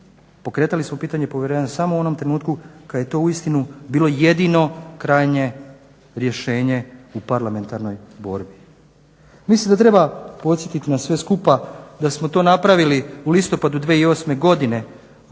pokretali smo pitanje povjerenja samo u onom trenutku kad je to uistinu bilo jedino krajnje rješenje u parlamentarnoj borbi. Mislim da treba podsjetiti nas sve skupa da smo to napravili u listopadu 2008. godine,